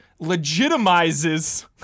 legitimizes